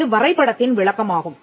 இது வரைபடத்தின் விளக்கமாகும்